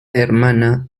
hermana